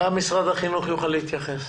גם משרד החינוך יוכל להתייחס.